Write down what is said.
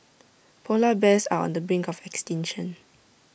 Polar Bears are on the brink of extinction